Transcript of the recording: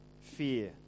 fear